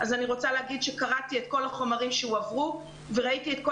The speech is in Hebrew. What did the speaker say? אז אני רוצה להגיד שקראתי את כל החומרים שהועברו וראיתי את כל